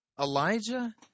Elijah